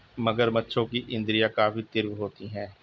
मगरमच्छों की इंद्रियाँ काफी तीव्र होती हैं